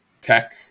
tech